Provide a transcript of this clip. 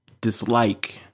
dislike